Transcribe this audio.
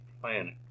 planet